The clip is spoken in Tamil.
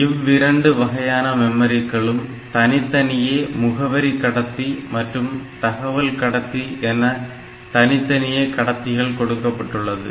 இவ்விரண்டு வகையான மெமரிகளுக்கும் தனித்தனியே முகவரி கடத்தி மற்றும் தகவல் கடத்தி என தனித்தனியே கடத்திகள் கொடுக்கப்பட்டுள்ளது